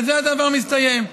בזה הדבר מסתיים.